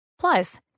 Plus